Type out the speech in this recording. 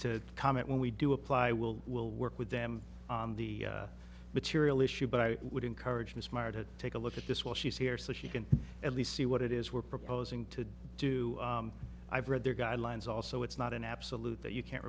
to comment when we do apply we'll we'll work with them on the material issue but i would encourage miss meyer to take a look at this while she's here so she can at least see what it is we're proposing to do i've read their guidelines also it's not an absolute that you can't